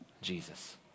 Jesus